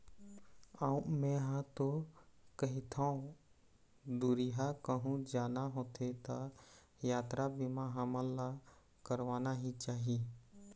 अऊ मेंहा तो कहिथँव दुरिहा कहूँ जाना होथे त यातरा बीमा हमन ला करवाना ही चाही